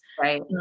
Right